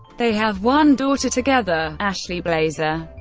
they have one daughter together, ashley blazer,